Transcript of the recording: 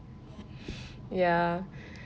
ya